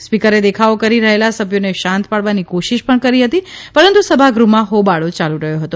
સ્પીકરે દેખાવો કરી રહેલા સભ્યોને શાંત પાડવાની કોશિશ કરી હતી પરંતુ સભાગૃહમાં હોબાળો ચાલુ રહ્યો હતો